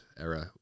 era